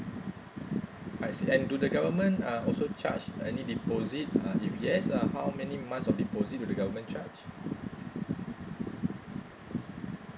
I see and do the government uh also charge any deposit uh if yes uh how many months of deposit do the government charge